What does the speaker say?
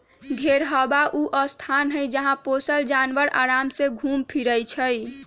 घेरहबा ऊ स्थान हई जहा पोशल जानवर अराम से घुम फिरइ छइ